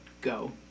go